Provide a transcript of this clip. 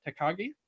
Takagi